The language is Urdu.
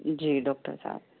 جی ڈاکٹر صاحب